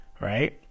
right